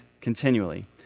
continually